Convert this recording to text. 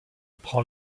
prend